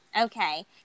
Okay